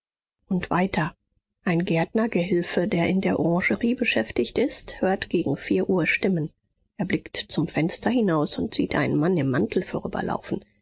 und weiter ein gärtnergehilfe der in der orangerie beschäftigt ist hört gegen vier uhr stimmen er blickt zum fenster hinaus und sieht einen mann im mantel